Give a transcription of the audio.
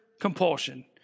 compulsion